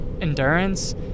endurance